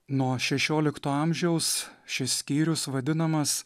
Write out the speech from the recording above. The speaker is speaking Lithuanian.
nuo šešiolikto amžiaus šis skyrius vadinamas